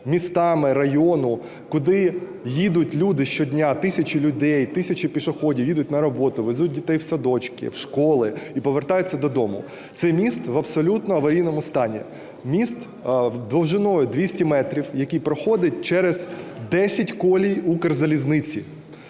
містами району, куди їдуть люди щодня, тисячі людей, тисячі пішоходів їдуть на роботу, везуть дітей в садочки, в школи і повертаються додому. Цей міст в абсолютно аварійному стані. Міст довжиною 200 метрів, який проходить через 10 колій Укрзалізниці,